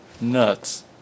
nuts